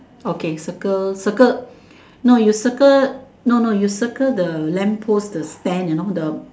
okay circle circle no you circle no no you circle the lamp post the stand you know the